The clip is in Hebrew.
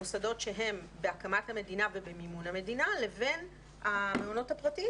בין המוסדות שהם בהקמת המדינה ובמימון המדינה לבין המעונות הפרטיים